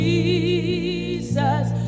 Jesus